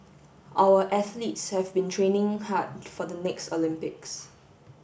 our athletes have been training hard for the next Olympics